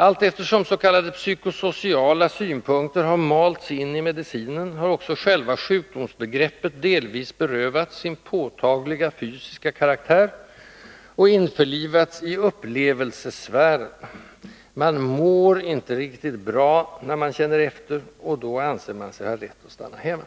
Allteftersom s.k. psykosociala synpunkter har malts in i medicinen har också själva sjukdomsbegreppet delvis berövats sin påtagliga, fysiska karaktär och införlivats i ”upplevelse”-sfären: Man ”mår” inte riktigt bra, när man känner efter, och då anser man sig ha rätt att stanna hemma.